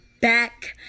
back